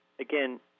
Again